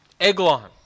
Eglon